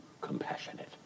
compassionate